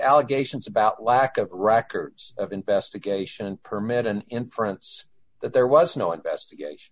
allegations about lack of records of investigation and permit an inference that there was no investigation